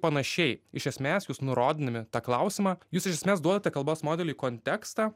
panašiai iš esmės jūs nurodydami tą klausimą jūs iš esmės duodate kalbos modeliui kontekstą